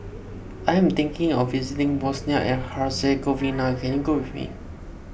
I am thinking of visiting Bosnia and Herzegovina can you go with me